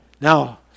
Now